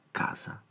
casa